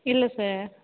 இல்லை சார்